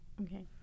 Okay